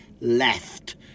left